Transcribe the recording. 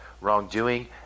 wrongdoing